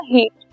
Heat